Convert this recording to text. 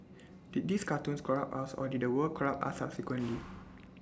did these cartoons corrupt us or did the world corrupt us subsequently